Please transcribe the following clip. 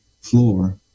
floor